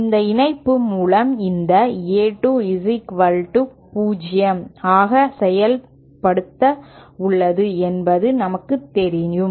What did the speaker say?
இந்த இணைப்பு மூலம் இந்த A 2 0 ஆக செய்யப்பட்டுள்ளது என்பது நமக்குத் தெரியும்